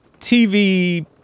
TV